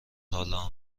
حالا